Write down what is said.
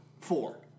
four